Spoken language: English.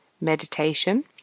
meditation